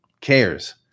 cares